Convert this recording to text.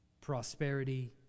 prosperity